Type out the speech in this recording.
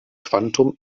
quantum